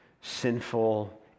sinful